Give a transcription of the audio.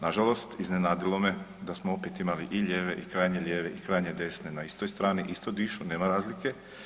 Nažalost, iznenadilo me da smo opet imali i lijeve i krajnje lijeve i krajnje desne na istoj strani, isto dišu, nema razlike.